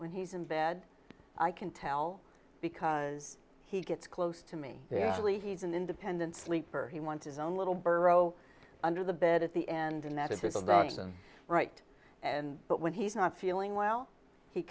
when he's in bed i can tell because he gets close to me there really he's an independent sleeper he wants his own little burrow under the bed at the end and that is his right and but when he's not feeling well he